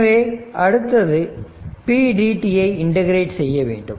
எனவே அடுத்தது pdtஐ இன்டெகிரெட் செய்ய வேண்டும்